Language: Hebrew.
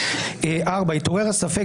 -- מי שעושה את